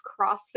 crossfit